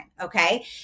okay